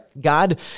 god